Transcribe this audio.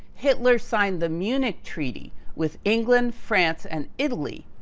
hitler signed the munich treaty with england, france, and italy,